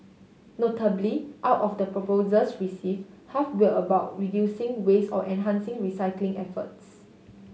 notably out of the proposals receive half where about reducing waste or enhancing recycling efforts